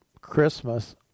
Christmas